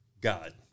God